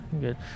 good